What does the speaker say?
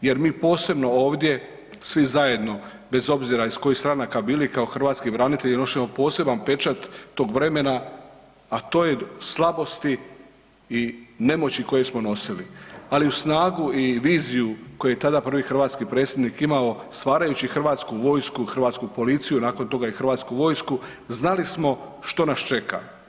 jer mi posebno ovdje svi zajedno bez obzira iz kojih stranaka bili kao hrvatski branitelji nosimo poseban pečat tog vremena, a to je slabosti i nemoći koje smo nosili, ali uz snagu i viziju koju je tada prvi hrvatski predsjednik imao stvarajući hrvatsku vojsku, hrvatsku policiju nakon toga i hrvatsku vojsku znači smo što nas čeka.